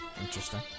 interesting